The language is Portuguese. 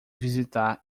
visitar